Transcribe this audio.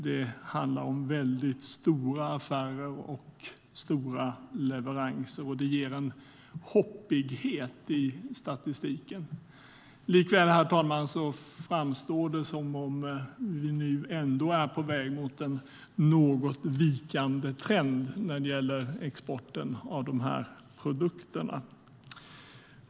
Det handlar om stora affärer och stora leveranser, och det ger en hoppighet i statistiken. Herr talman! Det framstår dock som att vi är på väg mot en något avvikande trend när det gäller exporten av dessa produkter.